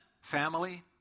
Family